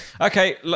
Okay